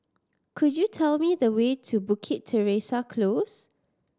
could you tell me the way to Bukit Teresa Close